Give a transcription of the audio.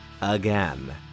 Again